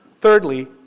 thirdly